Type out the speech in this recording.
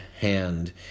hand